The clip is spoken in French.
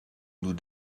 nous